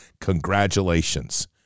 congratulations